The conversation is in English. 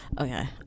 okay